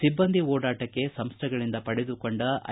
ಸಿಬ್ಬಂದಿ ಓಡಾಟಕ್ಕೆ ಸಂಸ್ಥೆಗಳಿಂದ ಪಡೆದುಕೊಂಡ ಐ